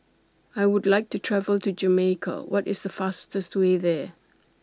I Would like to travel to Jamaica What IS The fastest Way There